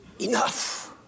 enough